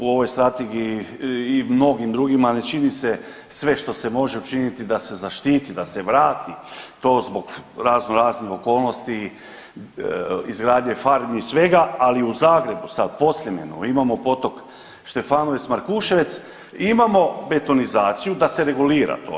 U ovoj strategiji i mnogim drugima ne čini se sve što se može učiniti da se zaštiti da se vrati to zbog raznoraznih okolnosti, izgradnji farmi i svega, ali u Zagrebu sad u Podsljemenu imamo potok Štefanovec Markuševec imamo betonizaciju da se regulira to.